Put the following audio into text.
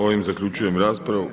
Ovim zaključujem raspravu.